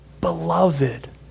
Beloved